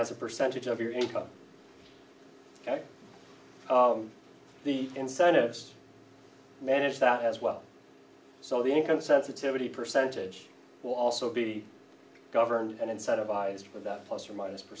as a percentage of your income ok on the incentives to manage that as well so the income sensitivity percentage will also be governed and set of eyes for that plus or minus